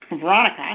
Veronica